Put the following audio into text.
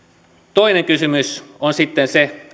toinen kysymys on sitten se